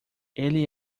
ele